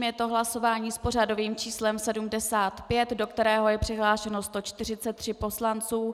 Je to hlasování s pořadovým číslem 75, do kterého je přihlášeno 143 poslanců.